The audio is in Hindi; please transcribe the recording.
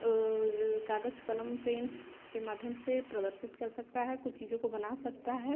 ओर काग़ज़ कलम पेन्स के माध्यम से प्रदर्शित कर सकता है कुछ चीज़ों को बना सकता है